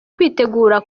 kwitegura